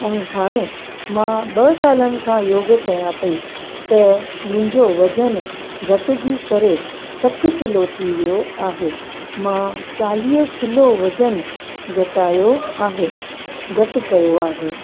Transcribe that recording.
ऐं हाणे मां ॿ सालनि खां योग कयां पई त मुंहिंजो वज़न घटिजी करे सठ किलो थी वियो आहे मां चालीह किलो वज़न घटायो आहे घटि कयो आहे